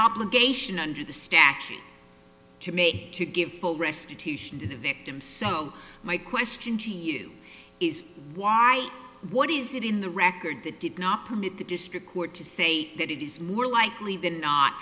obligation under the statute to make to give full restitution to the victim so my question to you is why what is it in the record that did not permit the district court to say that it is more likely than not